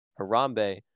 Harambe